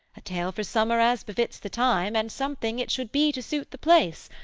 a tale for summer as befits the time, and something it should be to suit the place,